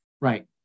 Right